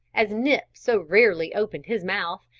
as nip so rarely opened his mouth,